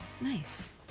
Nice